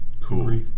Cool